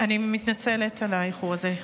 אני מתנצלת על האיחור הזה.